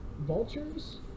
Vultures